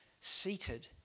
seated